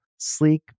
sleek